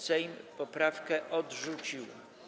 Sejm poprawkę odrzucił.